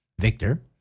Victor